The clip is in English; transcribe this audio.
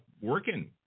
working